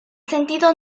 sentido